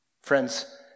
Friends